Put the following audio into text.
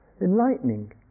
enlightening